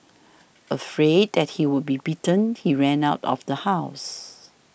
afraid that he would be beaten he ran out of the house